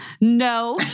No